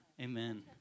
Amen